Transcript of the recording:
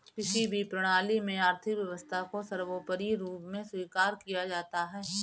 किसी भी प्रणाली में आर्थिक व्यवस्था को सर्वोपरी रूप में स्वीकार किया जाता है